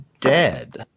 dead